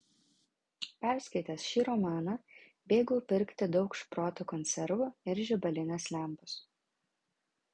perskaitęs šį romaną bėgau pirkti daug šprotų konservų ir žibalinės lempos